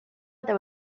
there